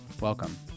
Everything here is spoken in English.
Welcome